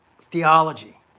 theology